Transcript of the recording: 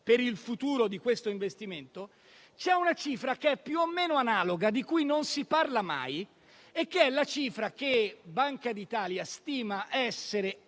per il futuro di questo investimento - c'è una cifra più o meno analoga, di cui non si parla mai, che Banca d'Italia stima essere